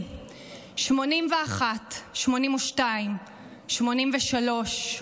80, 81, 82, 83,